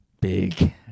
big